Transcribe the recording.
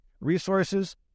resources